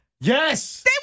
Yes